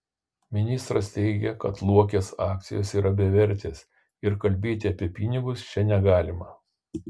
ministras teigė kad luokės akcijos yra bevertės ir kalbėti apie pinigus čia negalima